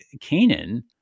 Canaan